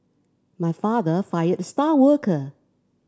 my father fired the star worker